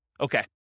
Okay